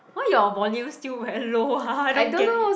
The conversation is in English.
why your volume still very low ah I don't get it